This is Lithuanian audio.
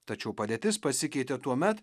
tačiau padėtis pasikeitė tuomet